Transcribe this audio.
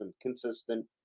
Consistent